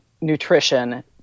nutrition